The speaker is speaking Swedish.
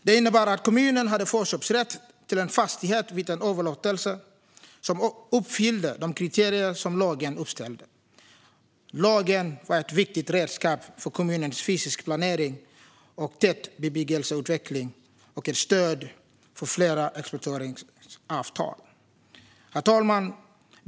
Det innebar att kommunen hade förköpsrätt till en fastighet vid en överlåtelse som uppfyllde de kriterier som lagen uppställde. Lagen var ett viktigt redskap för kommunernas fysiska planering och tätbebyggelseutveckling och ett stöd för fler exploateringsavtal. Herr talman!